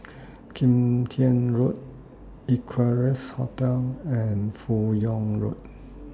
Kim Tian Road Equarius Hotel and fan Yoong Road